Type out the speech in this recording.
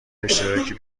اشتراکی